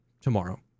tomorrow